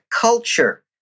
culture